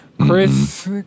Chris